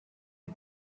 you